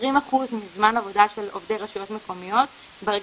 20% מזמן עבודה של עובדי רשויות מקומיות ברגע